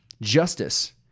justice